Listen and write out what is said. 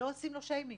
לא עושים לו שיימינג.